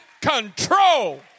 control